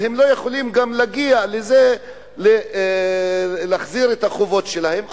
הם גם לא יכולים להגיע להחזיר את החובות שלהם,